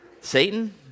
Satan